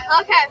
Okay